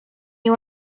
you